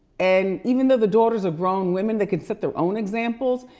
and even though the daughters are grown women that could set their own examples,